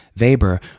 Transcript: Weber